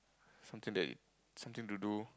something that something to do